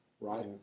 right